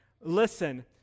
listen